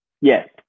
Yes